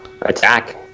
attack